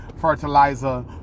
fertilizer